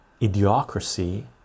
Idiocracy